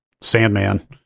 Sandman